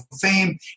fame